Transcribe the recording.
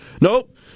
nope